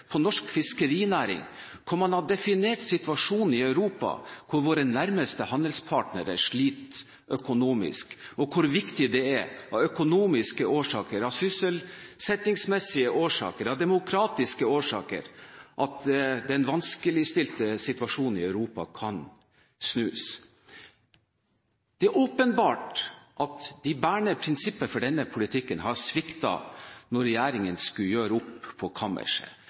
på norsk fiskerinæring, og man har definert situasjonen i Europa – hvor våre nærmeste handelspartnere sliter økonomisk, og hvor det er viktig av økonomiske årsaker, av sysselsettingsmessige årsaker og av demokratiske årsaker at den vanskelige situasjonen kan snus. Det er åpenbart at de bærende prinsippene for denne politikken har sviktet når regjeringen skulle gjøre opp på